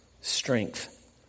strength